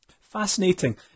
Fascinating